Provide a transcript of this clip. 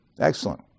Excellent